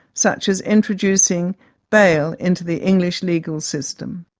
such as introducing bail into the english legal system.